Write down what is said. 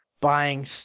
Buying